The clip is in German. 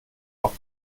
auch